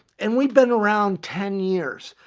and we'd been around ten years.